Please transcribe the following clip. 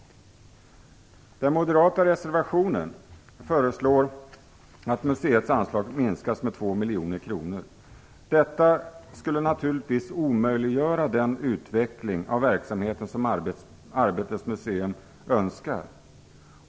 I den moderata reservationen föreslås att museets anslag minskas med 2 miljoner kronor. Detta skulle naturligtvis omöjliggöra den utveckling av verksamheten som Arbetets museum önskar.